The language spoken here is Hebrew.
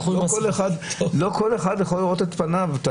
לא כל אחד יכול לראות את פניו.